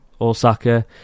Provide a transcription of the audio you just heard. Osaka